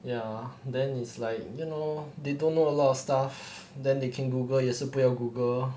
ya then it's like you know they don't know a lot of stuff then they can google 也是不要 google